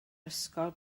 ysgol